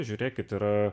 žiūrėkit yra